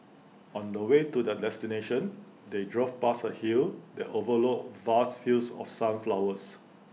on the way to their destination they drove past A hill that overlooked vast fields of sunflowers